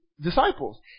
disciples